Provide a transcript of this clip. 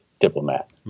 diplomat